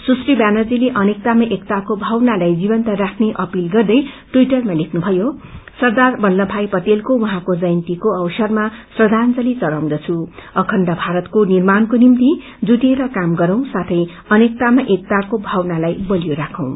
सुश्री व्यानर्जीते अनेकतामा एकताको भावनालाई जीवन्त राख्ने अपील गर्दै ट्वीटरमा लेख्नुथयो सरदार कत्तभाई पटेलको उहाँको जयन्तीको अवसरमा श्रद्धांजली चढ़ाउँदछु अखण्ड भारतको निर्माणको निम्ति जुटेर काम गरौं साथै अनेकतामा एकताको भावनालाई बलियो राखौं